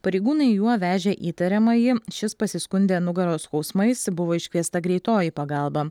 pareigūnai juo vežė įtariamąjį šis pasiskundė nugaros skausmais buvo iškviesta greitoji pagalba